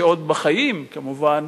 שעוד בחיים כמובן,